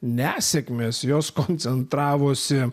nesėkmės jos koncentravosi